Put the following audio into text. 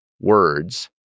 words